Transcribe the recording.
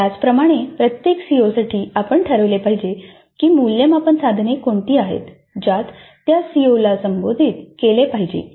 त्याचप्रमाणे प्रत्येक सीओ साठी आपण ठरवले पाहिजे की मूल्यमापन साधने कोणती आहेत ज्यात त्या सीओला संबोधित केले पाहिजे